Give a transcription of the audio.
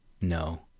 No